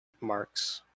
Mark's